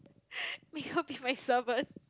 make her be my servant